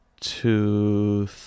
two